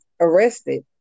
arrested